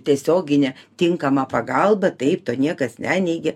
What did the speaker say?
tiesioginę tinkamą pagalbą taip to niekas neneigia